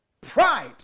Pride